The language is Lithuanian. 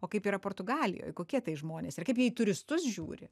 o kaip yra portugalijoj kokie tai žmonės ir kaip jie į turistus žiūri